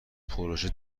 پروژه